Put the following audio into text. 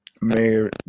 Mayor